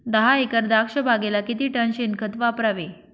दहा एकर द्राक्षबागेला किती टन शेणखत वापरावे?